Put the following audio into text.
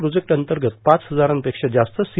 project अंतर्गत पाच हजारांपेक्षा जास्त सी